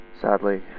Sadly